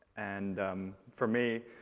and for me,